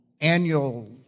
annual